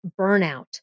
burnout